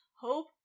Hope